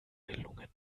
gelungen